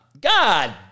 God